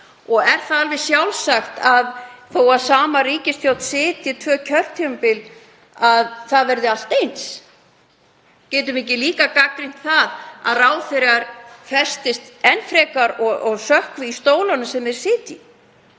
Er það alveg sjálfsagt að þó að sama ríkisstjórn sitji í tvö kjörtímabil verði allt eins? Getum við ekki líka gagnrýnt það að ráðherrar festist enn frekar og sökkvi í stólana sem þeir sitja